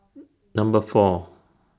Number four